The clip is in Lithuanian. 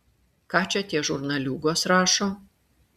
ką čia tie žurnaliūgos rašo